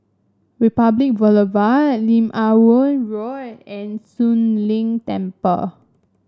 Republic Boulevard Lim Ah Woo Road and Soon Leng Temple